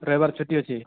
ରବିବାର ଛୁଟି ଅଛି